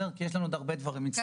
יש לנו עוד הרבה נושאים.